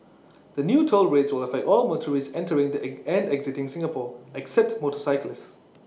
the new toll rates will affect all motorists entering and exiting Singapore except motorcyclists